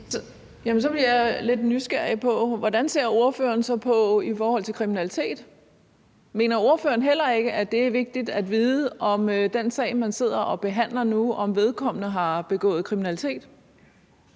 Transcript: Så er jeg lidt nysgerrig på, hvordan ordføreren så ser på det i forhold til kriminalitet. Mener ordføreren heller ikke, at det i forhold til den sag, man sidder og behandler, er vigtigt at vide, om vedkommende har begået kriminalitet?